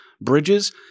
Bridges